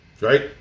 right